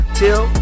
till